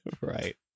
Right